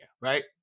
right